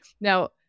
Now